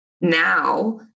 now